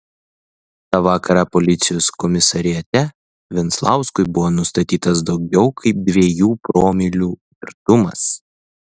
tą vakarą policijos komisariate venzlauskui buvo nustatytas daugiau kaip dviejų promilių girtumas